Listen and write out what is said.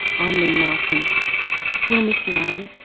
i'm lynne malcolm we'll miss you alan